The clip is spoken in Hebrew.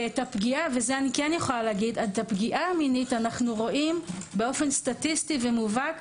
ואת הפגיעה המינית אנו רואים באופן סטטיסטי ומובהק,